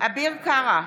אביר קארה,